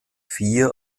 vier